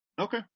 Okay